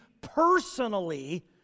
personally